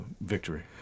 victory